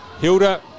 Hilda